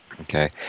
Okay